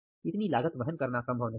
इतनी लागत वहन करना संभव नहीं है